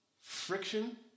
friction